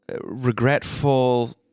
regretful